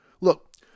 Look